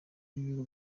b’ibigo